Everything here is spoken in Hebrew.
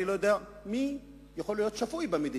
אני לא יודע מי יכול להיות שפוי במדינה,